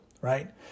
right